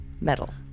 metal